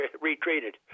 retreated